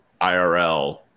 IRL